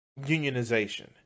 unionization